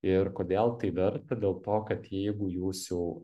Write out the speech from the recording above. ir kodėl tai verta dėl to kad jeigu jūs jau